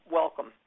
welcome